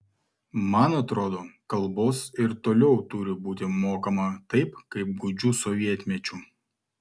man atrodo kalbos ir toliau turi būti mokoma taip kaip gūdžiu sovietmečiu